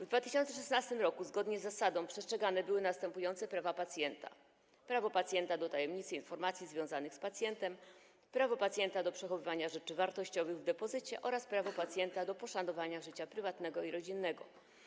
W 2016 r. zgodnie z zasadą przestrzegane były następujące prawa pacjenta: prawo pacjenta do zachowania w tajemnicy informacji związanych z pacjentem, prawo pacjenta do przechowywania rzeczy wartościowych w depozycie oraz prawo pacjenta do poszanowania życia prywatnego i rodzinnego.